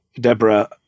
Deborah